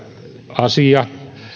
asia